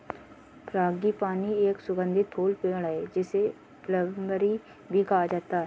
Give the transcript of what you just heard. frangipani एक सुगंधित फूल पेड़ है, जिसे प्लंबरिया भी कहा जाता है